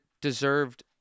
deserved